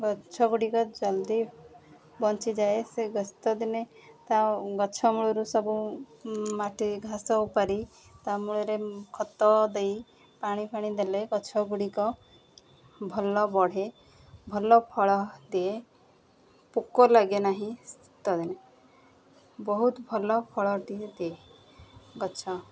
ଗଛ ଗୁଡ଼ିକ ଜଲ୍ଦି ବଞ୍ଚିଯାଏ ସେ ଶୀତଦିନେ ତା' ଗଛ ମୂଳରୁ ସବୁ ମାଟି ଘାସ ଉପାଡ଼ି ତା' ମୂଳରେ ଖତ ଦେଇ ପାଣି ଫାଣି ଦେଲେ ଗଛଗୁଡ଼ିକ ଭଲ ବଢ଼େ ଭଲ ଫଳ ଦିଏ ପୋକ ଲାଗେ ନାହିଁ ଶୀତଦିନେ ବହୁତ ଭଲ ଫଳଟିଏ ଦିଏ ଗଛ